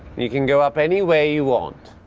you can go up any way you want.